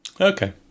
Okay